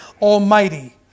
Almighty